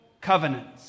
covenants